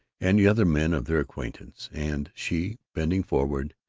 and the other men of their acquaintance and she, bending forward,